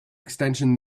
extension